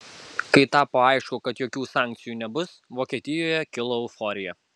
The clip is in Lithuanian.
kai tapo aišku kad jokių sankcijų nebus vokietijoje kilo euforija